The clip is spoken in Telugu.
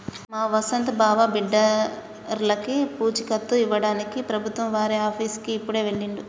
మా వసంత్ బావ బిడ్డర్లకి పూచీకత్తు ఇవ్వడానికి ప్రభుత్వం వారి ఆఫీసుకి ఇప్పుడే వెళ్ళిండు